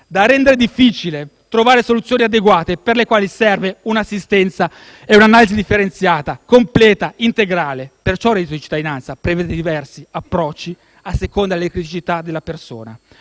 da rendere difficile trovare soluzioni adeguate per le quali serve un'assistenza e un'analisi differenziata, completa e integrale. Per tale ragione il reddito di cittadinanza prevede diversi approcci a seconda delle criticità della persona;